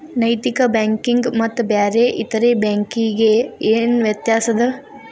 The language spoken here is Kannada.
ನೈತಿಕ ಬ್ಯಾಂಕಿಗೆ ಮತ್ತ ಬ್ಯಾರೆ ಇತರೆ ಬ್ಯಾಂಕಿಗೆ ಏನ್ ವ್ಯತ್ಯಾಸದ?